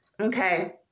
Okay